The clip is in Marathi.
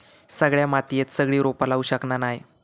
सगळ्या मातीयेत सगळी रोपा लावू शकना नाय